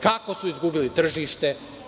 Kako su izgubili tržište?